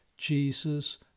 Jesus